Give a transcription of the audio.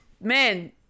Man